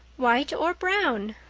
white or brown?